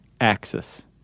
axis